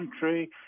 country